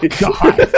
god